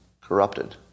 corrupted